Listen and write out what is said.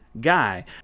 guy